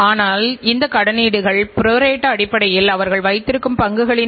எனவே உற்பத்தி என்பது மற்றொரு முக்கியமான பகுதியாகும்